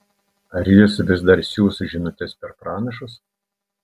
ar jis vis dar siųs žinutes per pranašus